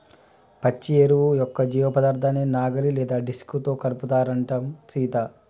పచ్చి ఎరువు యొక్క జీవపదార్థాన్ని నాగలి లేదా డిస్క్ తో కలుపుతారంటం సీత